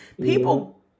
people